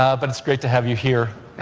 ah but it's great to have you here